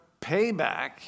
payback